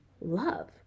love